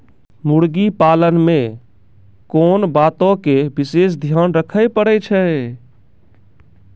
मुर्गी पालन मे कोंन बातो के विशेष ध्यान रखे पड़ै छै?